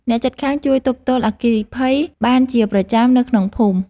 អ្នកជិតខាងជួយទប់ទល់អគ្គីភ័យបានជាប្រចាំនៅក្នុងភូមិ។